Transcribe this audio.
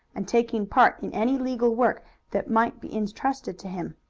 and taking part in any legal work that might be intrusted to him.